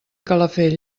calafell